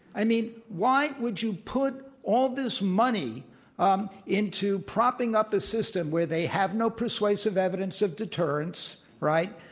i mean, why would you put all this money um into propping up a system where they have no persuasive evidence of deterrence, right,